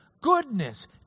Goodness